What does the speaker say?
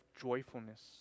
joyfulness